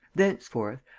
thenceforth,